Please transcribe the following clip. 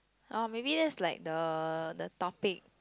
uh maybe that is like the the topic